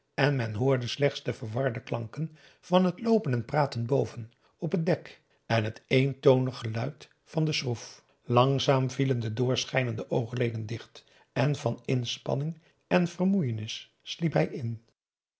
en men hoorde slechts de verwarde klanken van het loopen en praten boven op het dek en het eentonig geluid van de schroef langzaam vielen de doorschijnende oogleden dicht en van inspanning en vermoeienis sliep hij in